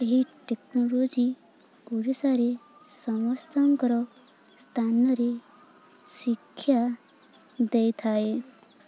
ଏହି ଟେକ୍ନୋଲୋଜି ଓଡ଼ିଶାରେ ସମସ୍ତଙ୍କର ସ୍ଥାନରେ ଶିକ୍ଷା ଦେଇଥାଏ